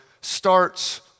starts